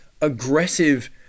aggressive